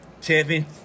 Champion